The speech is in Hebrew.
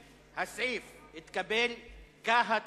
63. ההסתייגות לא התקבלה.